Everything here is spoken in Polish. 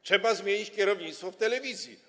Trzeba zmienić kierownictwo w telewizji.